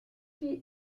die